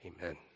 amen